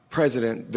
President